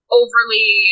overly